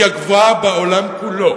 היא הגבוהה בעולם כולו.